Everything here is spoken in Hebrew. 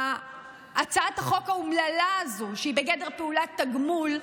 הצעת החוק האומללה הזו, שהיא בגדר פעולת תגמול,